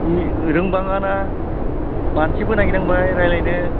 रोंबाङाना मानसिबो नायगिरनांबाय रायलायनो